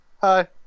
hi